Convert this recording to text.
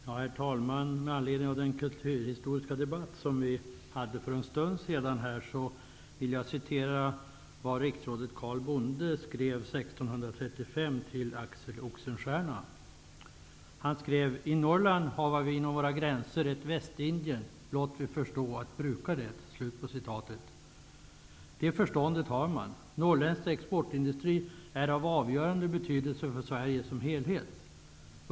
Herr talman! Med anledning av den kulturhistoriska debatten här för en stund sedan vill jag citera vad riksrådet Carl Bonde skrev 1635 till Axel Oxenstierna: ''I Norrland hava vi inom våra gränser ett Västindien blott vi förstå att bruka det.'' Det förståndet har man. Norrländsk exportindustri är av avgörande betydelse för Sverige som helhet.